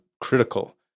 critical